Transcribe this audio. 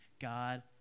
God